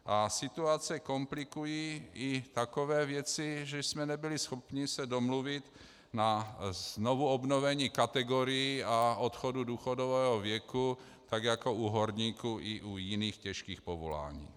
A situaci komplikují i takové věci, že jsme se nebyli schopni domluvit na znovuobnovení kategorií a odchodu důchodového věku tak jako u horníků i u jiných těžkých povolání.